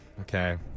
Okay